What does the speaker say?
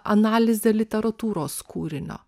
analizė literatūros kūrinio